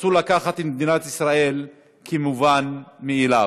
אסור לקחת את מדינת ישראל כמובן מאליו.